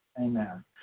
Amen